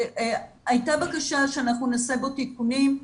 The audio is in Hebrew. הייתה בקשה שאנחנו נעשה בו תיקונים,